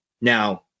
Now